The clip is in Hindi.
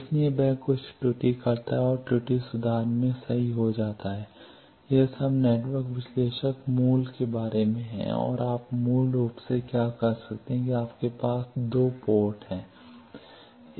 इसलिए वह कुछ त्रुटि करता है जो त्रुटि सुधार में सही हो जाता है यह सब नेटवर्क विश्लेषक मूल के बारे में है और आप मूल रूप से क्या कर सकते हैं कि आपके पास दो पोर्ट हैं